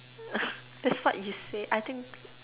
that's what you say I think